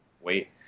wait